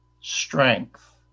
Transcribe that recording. strength